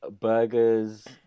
Burgers